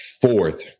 fourth